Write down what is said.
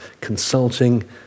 consulting